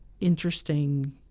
interesting